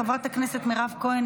חברת הכנסת מירב כהן,